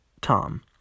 Tom